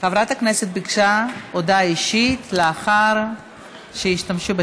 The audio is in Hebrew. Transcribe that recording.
כולל חבר הכנסת אייכלר וכולל חבר הכנסת דוד אמסלם.